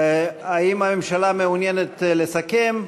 האם הממשלה מעוניינת לסכם?